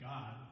God